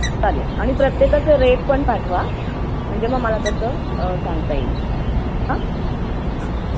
चालेल आणि प्रत्येकाचं रेट पण पाठवा म्हणजे मग मला तसं सांगता येईल हां हं